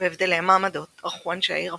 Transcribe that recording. והבדלי המעמדות ערכו אנשי העיר הפיכה.